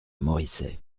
moricet